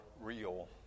real